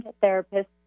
therapist